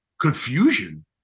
confusion